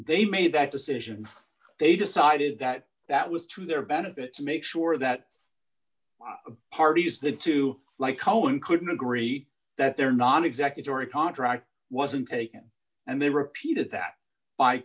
they made that decision they decided that that was to their benefit to make sure that parties the two like cohen couldn't agree that they're not exactly sure a contract wasn't taken and they repeated that by